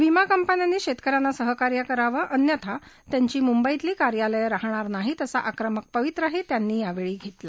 विमाकंपन्यांनी शेतक यांना सहकार्य करावं अन्यथा त्यांची मुंबईतली कार्यालयं राहाणार नाहीत असा आक्रमक पवित्राही त्यांनी यावेळी घेतला